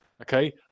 okay